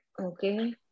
Okay